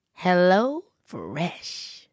HelloFresh